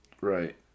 Right